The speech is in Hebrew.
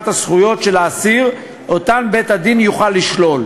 זכויות האסיר שבית-הדין יוכל לשלול: